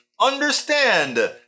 understand